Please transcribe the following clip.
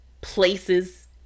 places